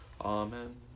Amen